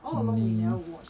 we